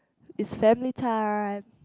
it's family time